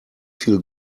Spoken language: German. viel